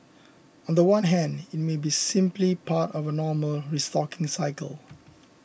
on the one hand it may be simply part of a normal restocking cycle